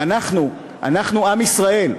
ואנחנו, אנחנו, עם ישראל,